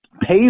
pays